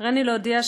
וחוזרת לוועדת